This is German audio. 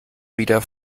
wieder